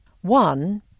One